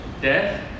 death